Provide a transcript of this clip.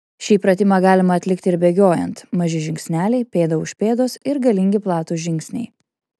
šį pratimą galima atlikti ir bėgiojant maži žingsneliai pėda už pėdos ir galingi platūs žingsniai